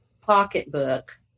pocketbook